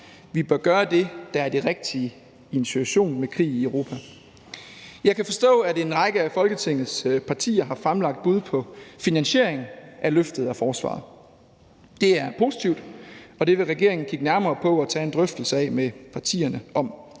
Vi bør gøre det, der er det rigtige i en situation med krig i Europa. Jeg kan forstå, at en række af Folketingets partier har fremlagt bud på finansiering af løftet af forsvaret. Det er positivt, og det vil regeringen kigge nærmere på og tage en drøftelse af med partierne,